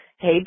Hey